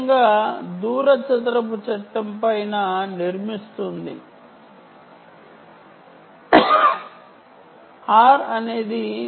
ముఖ్యంగా distance square law పైన ఆదారపడినది